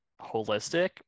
holistic